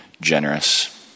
generous